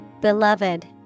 Beloved